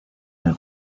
del